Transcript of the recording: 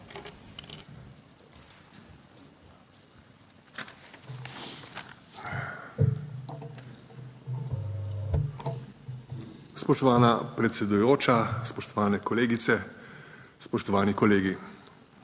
Spoštovana predsedujoča, spoštovane kolegice, spoštovani kolegi!